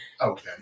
Okay